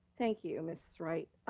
thank you, mrs. wright.